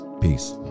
Peace